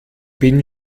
bin